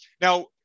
now